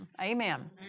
Amen